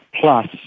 plus